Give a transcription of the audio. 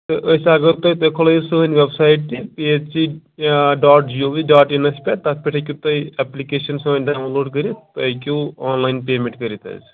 تہٕ أسۍ اگر تُہۍ تُہۍ کھُلٲیِو سٲنۍ ویٚبسایِٹ تہِ P H E dot G O V dot in پٮ۪ٹھ تَتھ پٮ۪ٹھ ہیٚکِو تُہۍ ایٚپلِکیشَن سٲنۍ ڈاوُن لوڈ کٔرِتھ تُہۍ ہیٚکِو آن لایِن پیمٮ۪نٛٹ کٔرِتھ حظ